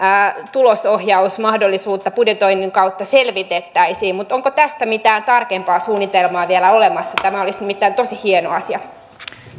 tulosohjausmahdollisuutta budjetoinnin kautta selvitettäisiin mutta onko tästä mitään tarkempaa suunnitelmaa vielä olemassa tämä olisi nimittäin tosi hieno asia